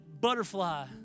butterfly